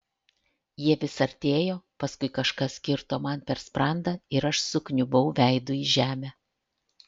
jie vis artėjo paskui kažkas kirto man per sprandą ir aš sukniubau veidu į žemę